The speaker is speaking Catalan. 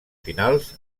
finals